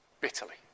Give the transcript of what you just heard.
bitterly